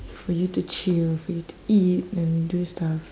for you to chill for you to eat and do stuff